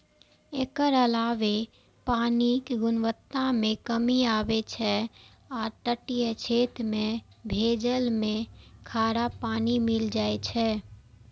एकर अलावे पानिक गुणवत्ता मे कमी आबै छै आ तटीय क्षेत्र मे भूजल मे खारा पानि मिल जाए छै